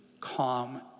calm